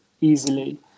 easily